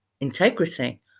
integrity